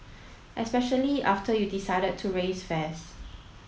especially after you decided to raise fares